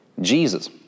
Jesus